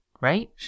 right